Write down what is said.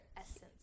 essence